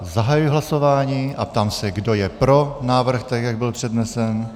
Zahajuji hlasování a ptám se, kdo je pro návrh, tak jak byl přednesen.